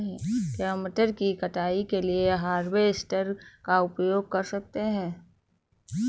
क्या मटर की कटाई के लिए हार्वेस्टर का उपयोग कर सकते हैं?